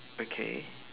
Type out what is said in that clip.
okay